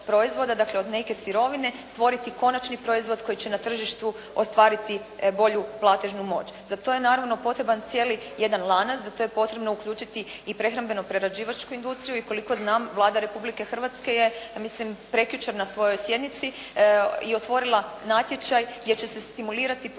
od neke sirovine stvoriti konačni proizvod koji će na tržištu ostvariti bolju platežnu moć. Za to je naravno potreban cijeli jedan lanac, za to je potrebno uključiti i prehrambeno-prerađivačku industriju i koliko znam Vlada Republike Hrvatske je, mislim prekjučer na svojoj sjednici i otvorila natječaj, gdje će se stimulirati